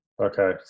Okay